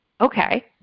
Okay